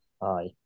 Aye